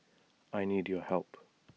I need your help